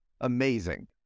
amazing